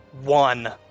one